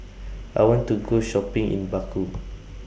I want to Go Shopping in Baku